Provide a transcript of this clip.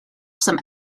some